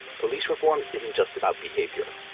police reform isn't just about behavior.